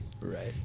Right